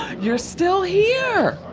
you're still here!